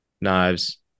knives